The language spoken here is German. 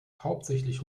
hauptsächlich